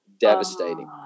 devastating